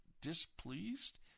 displeased